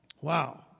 Wow